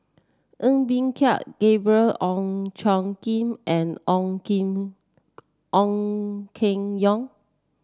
Ng Bee Kia Gabriel Oon Chong Jin and Ong Keng Ong Keng Yong